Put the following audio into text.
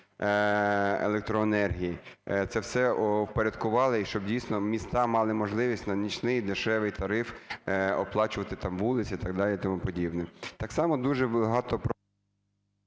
електроенергії це все впорядкували, і щоб, дійсно, міста мали можливість на нічний дешевий тариф оплачувати там вулиці і так